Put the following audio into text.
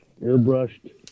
airbrushed